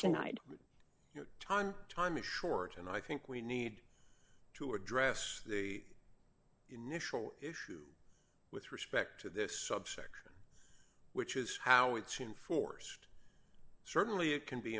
time time is short and i think we need to address the initial issue with respect to this subsection which is how it seemed forced certainly it can be